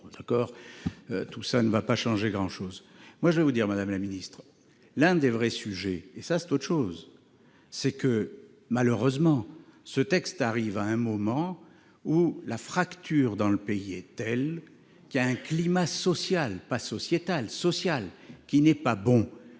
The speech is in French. Tout cela ne va pas changer grand-chose.